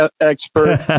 expert